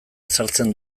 ezartzen